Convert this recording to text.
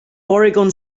oregon